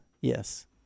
Yes